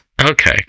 Okay